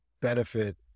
benefit